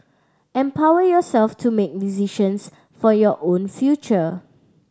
empower yourself to make decisions for your own future